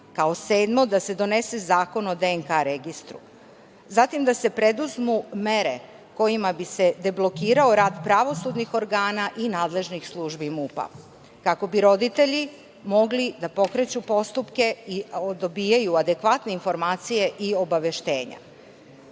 sedmo, da se donese Zakon o DNK registru. Zatim, da se preduzmu mere kojima bi se deblokirao rad pravosudnih organa i nadležnih službi MUP-a, kako bi roditelji mogli da pokreću postupke i dobijaju adekvatne informacije i obaveštenja. Narodna